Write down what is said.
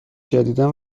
جدیدا